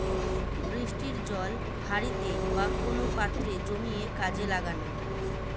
বৃষ্টির জল হাঁড়িতে বা কোন পাত্রে জমিয়ে কাজে লাগানো